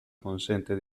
consente